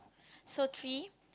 so tree